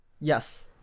Yes